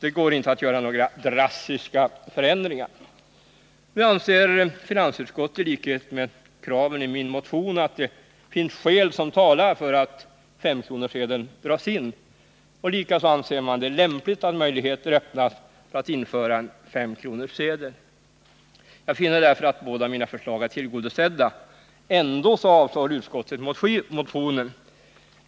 Det går inte att genomföra några drastiska förändringar. Nu anser finansutskottet, i likhet med vad jag kräver i min motion, att det finns skäl som talar för att 5-kronorssedeln dras in. Likaså anser man det lämpligt att möjligheter öppnas för att införa en 500-kronorssedel. Jag finner därför att båda mina förslag är tillgodosedda. Ändå avstyrker utskottet motionen.